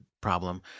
problem